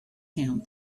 him